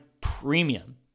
premium